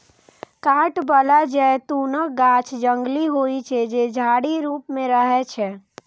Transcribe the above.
कांट बला जैतूनक गाछ जंगली होइ छै, जे झाड़ी रूप मे रहै छै